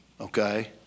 okay